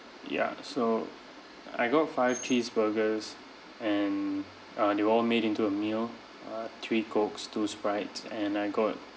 ya so I got five cheeseburgers and uh they all made into a meal uh three cokes two sprites and I got